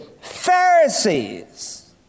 Pharisees